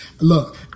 look